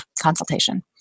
consultation